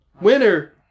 winner